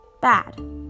Bad